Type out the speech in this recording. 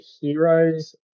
heroes